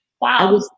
Wow